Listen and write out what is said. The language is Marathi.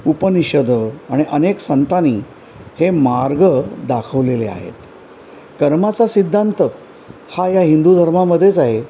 उपनिषदंत आणि अनेक संतानी हे मार्ग दाखवलेले आहेत कर्माचा सिद्धांत हा या हिंदू धर्मामध्येच आहे